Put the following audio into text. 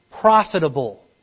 profitable